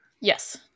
yes